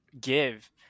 give